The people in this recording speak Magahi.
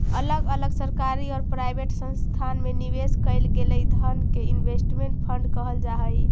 अलग अलग सरकारी औउर प्राइवेट संस्थान में निवेश कईल गेलई धन के इन्वेस्टमेंट फंड कहल जा हई